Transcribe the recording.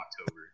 October